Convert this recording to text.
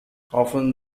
often